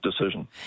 decision